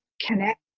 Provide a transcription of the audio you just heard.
Connect